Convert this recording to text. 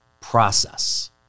process